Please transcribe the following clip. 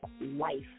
life